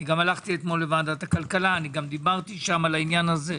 גם הלכתי אתמול לוועדת הכלכלה ודיברתי בעניין הזה.